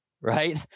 right